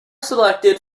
selected